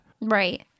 Right